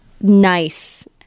nice